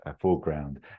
foreground